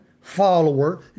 follower